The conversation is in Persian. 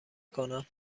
کنم